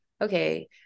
okay